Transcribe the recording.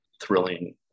thrilling